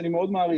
שאני מאוד מעריך,